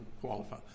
qualify